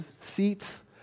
seats